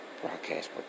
broadcast